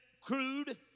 crude